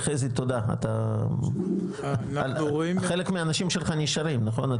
חזי תודה, חלק מהאנשים שלך נשארים נכון?